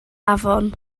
afon